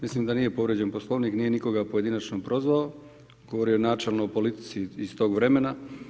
Mislim da nije povrijeđen Poslovnik, nije nikoga pojedinačno prozvao, govorio je načelno o politici iz tog vremena.